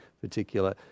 particular